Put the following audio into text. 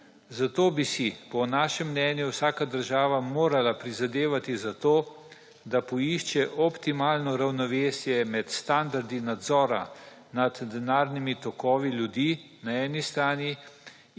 Zato bi si po našem mnenju vsaka država morala prizadevati za to, da poišče optimalno ravnovesje med standardi nadzora nad denarnimi tokovi ljudi na eni strani